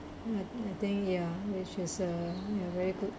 I I think ya which is uh very good